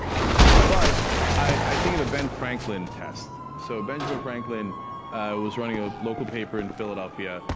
but i think of the ben franklin test. so benjamin franklin was running a local paper in philadelphia.